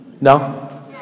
No